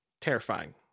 terrifying